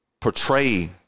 portray